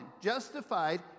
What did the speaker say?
justified